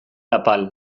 apal